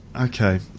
okay